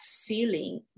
feeling